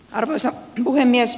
arvoisa puhemies